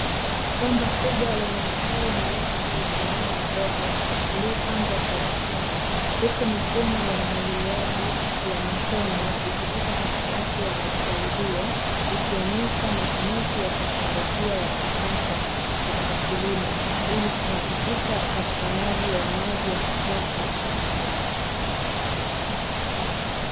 Shamba kubwa lenye mistari mirefu ya mimea midogo iliyopandwa kwa ustadi huku mifumo ya umwagiliaji ya matone ikipita katikati ya mistari hiyo ikionyesha matumizi ya teknolojia ya kisasa katika kilimo ili kuhakikisha upatikanaji wa maji ya kutosha kwa mazao.